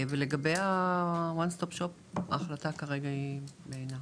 ולגבי ה-"one stop shop", ההחלטה כרגע היא בעינה.